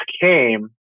came